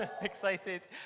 Excited